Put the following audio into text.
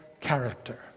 character